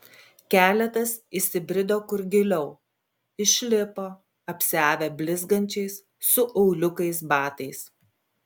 keletas įsibrido kur giliau išlipo apsiavę blizgančiais su auliukais batais